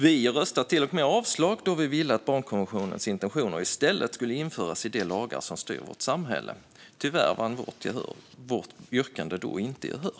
Vi röstade till och med avslag då vi ville att barnkonventionens intentioner i stället skulle införas i de lagar som styr vårt samhälle. Tyvärr vann vårt yrkande då inte gehör.